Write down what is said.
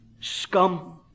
Scum